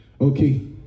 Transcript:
okay